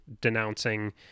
denouncing